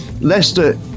Leicester